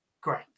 great